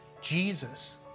Jesus